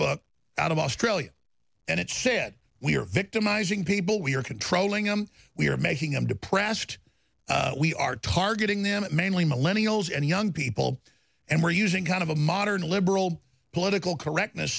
facebook out of australia and it said we are victimizing people we are controlling them we are making him depressed we are targeting them mainly millennia old and young people and we're using kind of a modern liberal political correctness